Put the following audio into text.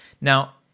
Now